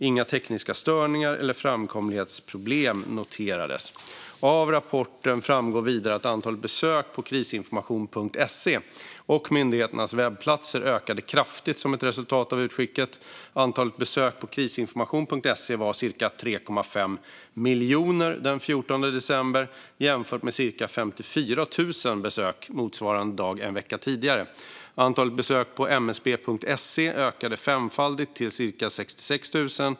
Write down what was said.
Inga tekniska störningar eller framkomlighetsproblem noterades. Av rapporten framgår vidare att antalet besök på Krisinformation.se och myndigheternas webbplatser ökade kraftigt som ett resultat av utskicket. Antalet besök på Krisinformation.se var cirka 3,5 miljoner den 14 december, jämfört med cirka 54 000 besök motsvarande dag en vecka tidigare. Antalet besök på msb.se ökade femfaldigt till cirka 66 000.